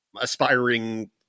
aspiring